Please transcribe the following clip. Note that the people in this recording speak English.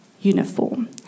uniform